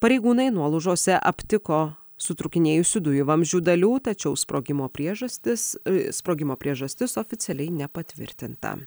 pareigūnai nuolaužose aptiko sutrūkinėjusių dujų vamzdžių dalių tačiau sprogimo priežastis sprogimo priežastis oficialiai nepatvirtinta